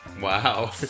Wow